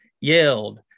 yelled